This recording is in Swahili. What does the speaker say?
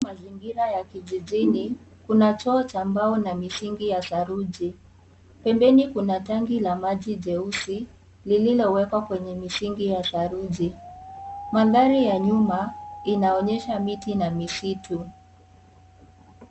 Mazingira ya kijijini kuna choo cha mbao na misingi ya saruji. pembeni kuna tanki la maji jeusi lililowekwa kwenye misingi ya saruji maathari ya nyuma inaonyesha miti na misitu .